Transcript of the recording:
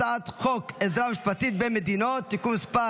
הצעת חוק עזרה משפטית בין מדינות (תיקון מס'